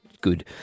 good